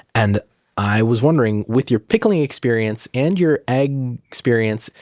and i was wondering, with your pickling experience and your eggs-perience.